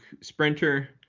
sprinter